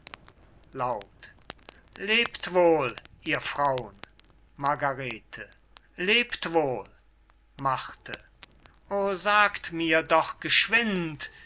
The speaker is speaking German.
lebt wohl ihr frauen margarete lebt wohl o sagt mir doch geschwind